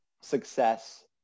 success